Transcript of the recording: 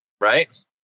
right